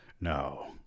No